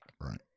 Right